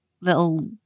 little